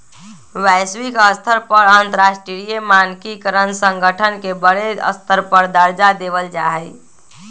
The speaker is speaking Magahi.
वैश्विक स्तर पर अंतरराष्ट्रीय मानकीकरण संगठन के बडे स्तर पर दर्जा देवल जा हई